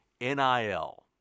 NIL